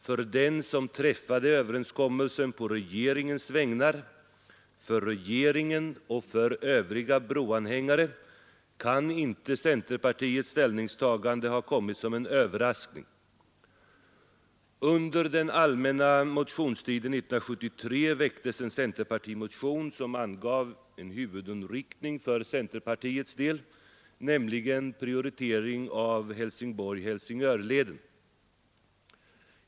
För den som träffade överenskommelsen på regeringens vägnar, för regeringen, för övriga broanhängare kan inte centerpartiets ställningstagande ha kommit som någon överraskning. Under den allmänna motionstiden 1973 väcktes en centerpartimotion som angav en huvudinriktning för centerpartiets del, nämligen prioritering av Helsingborg—-Helsingörleden.